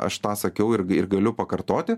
aš tą sakiau ir galiu pakartoti